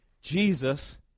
Jesus